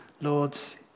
Lords